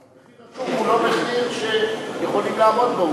מחיר השוק הוא לא מחיר שיכולים לעמוד בו,